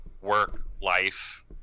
work-life